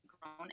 grown